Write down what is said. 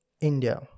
india